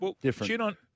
different